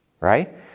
right